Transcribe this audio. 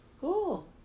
Cool